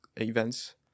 events